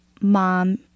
mom